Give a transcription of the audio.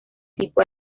tipo